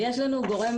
יש לנו גורם,